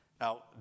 Now